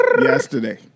Yesterday